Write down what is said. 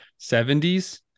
70s